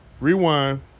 Rewind